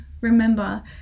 remember